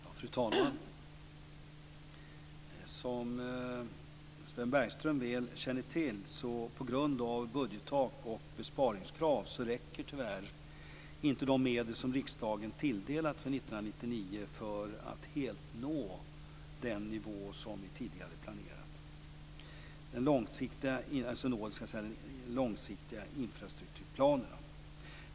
Fru talman! Som Sven Bergström väl känner till räcker tyvärr inte, på grund av budgettak och besparingskrav, de medel som riksdagen tilldelat för 1999 för att helt nå den nivå som vi tidigare planerat för i de långsiktiga infrastrukturplanerna.